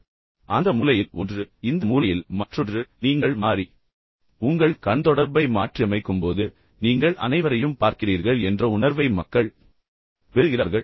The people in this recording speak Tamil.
எனவே அந்த மூலையில் ஒன்று இந்த மூலையில் மற்றொன்று ஆனால் நீங்கள் மாறி உங்கள் கண் தொடர்பை மாற்றியமைக்கும்போது நீங்கள் அனைவரையும் பார்க்கிறீர்கள் என்ற உணர்வை மக்கள் பெறுகிறார்கள்